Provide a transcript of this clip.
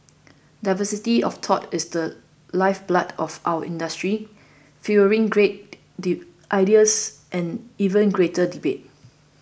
diversity of thought is the lifeblood of our industry fuelling great ideas and even greater debate